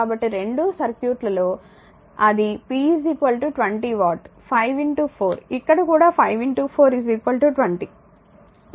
కాబట్టి రెండూ సర్క్యూట్ లలో అది p 20 వాట్ 5 4 ఇక్కడ కూడా 5 4 20